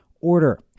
order